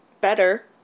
better